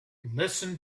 listen